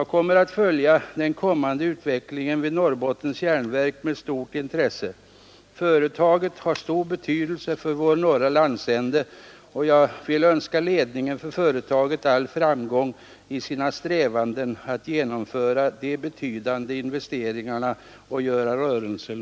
PA Hör ie etydelse för vår Kerr 6 december 1972 landsända, och jag vill önska ledningen för företaget all framgång i sina RARE Finansiering av vad gäller yrkandet om utredning, även om det formellt avslås. Jag kommer att följa den kommande utvecklingen vid Norrbottens strävanden att genomföra de betydande investeringarna och göra rörelsen